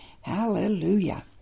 Hallelujah